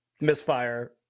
Misfire